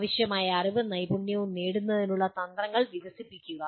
ആവശ്യമായ അറിവും നൈപുണ്യവും നേടുന്നതിനുള്ള തന്ത്രങ്ങൾ വികസിപ്പിക്കുക